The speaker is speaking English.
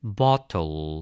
bottle